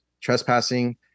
trespassing